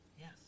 Yes